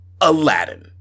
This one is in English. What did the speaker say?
Aladdin